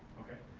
okay?